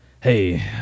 Hey